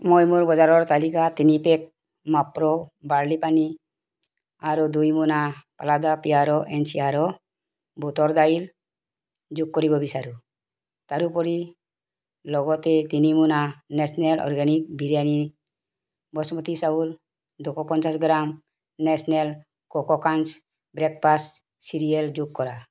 মই মোৰ বজাৰৰ তালিকাত তিনি পেক মাপ্ৰো বাৰ্লি পানী আৰু দুই মোনা প্লাদা পিয়াৰ' এন চিয়াৰ' বুটৰ দাইল যোগ কৰিব বিচাৰোঁ তাৰোপৰি লগতে তিনি মোনা নেশ্যনেল অৰ্গেনিক বিৰিয়ানী বসুমতী চাউল দুশ পঞ্চাছ gram national coco crunch breakfast cereal যোগ কৰা